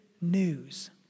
news